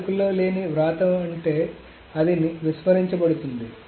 వాడుకలో లేని వ్రాత ఉంటే అది విస్మరించబడుతుంది